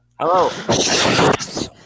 Hello